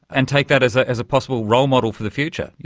and take that as ah as a possible role model for the future? you